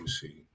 see